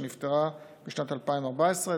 והיא נפתחה בשנת 2014,